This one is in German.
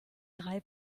drei